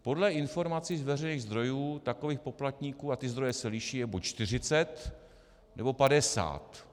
Podle informací z veřejných zdrojů takových poplatníků, a ty zdroje se liší, je buď 40, nebo 50.